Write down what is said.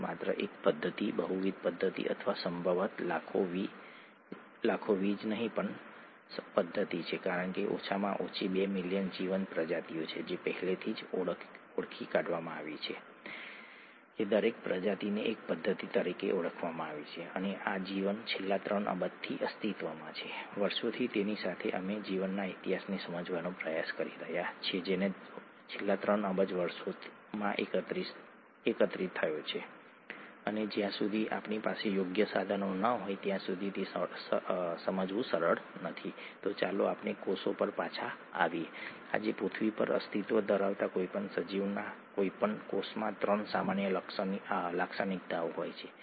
તેથી આ તે છે જે કદમાં વિવિધ અવરોધોને કારણે આપમેળે પરિણમે છે વગેરે વગેરે વગેરે બેઝ વચ્ચે બેઝ પેરિંગ અથવા હાઇડ્રોજન બંધન તેને તેનું ડબલ હેલિકલ સ્ટ્રક્ચર આપે છે અને ડબલ હેલિકલ સ્ટ્રક્ચર અન્ય વસ્તુઓ જેમ કે ડીએનએની નકલ તેમજ અનુલેખન અનુવાદ અને તેના જેવી વસ્તુઓને શક્ય બનાવે છે જે આપણે પછીનાં વ્યાખ્યાનોમાં જોઈશું ઠીક છે